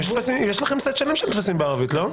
יש לכם סט שלם של טפסים בערבית, לא.